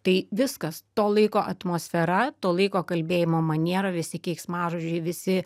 tai viskas to laiko atmosfera to laiko kalbėjimo maniera visi keiksmažodžiai visi